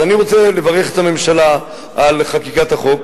אני רוצה לברך את הממשלה על חקיקת החוק